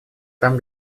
там